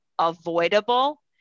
avoidable